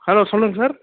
hello சொல்லுங்கள் sir